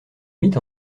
mit